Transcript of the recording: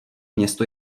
město